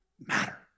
matter